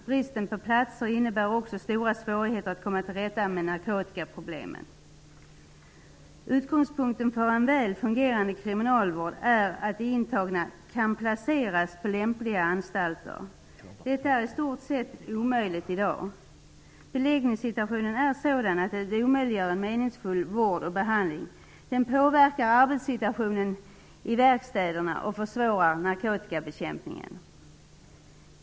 Bristen på platser innebär också stora svårigheter att komma till rätta med narkotikaproblemen. Utgångspunkten för en väl fungerande kriminalvård är att de intagna kan placeras på lämpliga anstalter. Detta är i stort sett omöjligt i dag. Beläggningssitutationen är sådan att den omöjliggör en meningsfull vård och behandling. Den påverkar arbetssituationen i verkstäderna och försvårar narkotikabekämpningen.